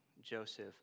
Joseph